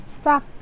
stop